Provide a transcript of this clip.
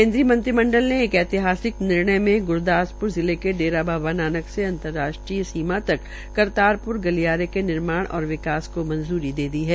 केन्द्रीय मंत्रिमंडल ने एक ऐतिहासिक निर्णय में ग्रदासप्र जिले के डेरा बाबा नानक के अंतर्राष्ट्रीय सीमा तक करताल गलियारे के निमार्ण और विकास को मंजूरी दे दी है